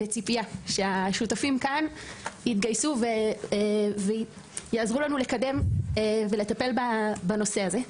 בציפייה שהשותפים כאן יתגייסו ויעזרו לנו לקדם ולטפל בנושא הזה,